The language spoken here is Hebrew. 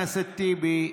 חבר הכנסת טיבי.